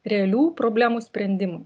realių problemų sprendimui